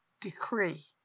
Decree